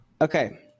Okay